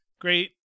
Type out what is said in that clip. Great